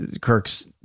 Kirk's